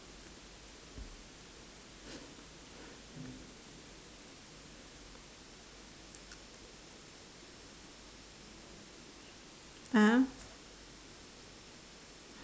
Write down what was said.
!huh!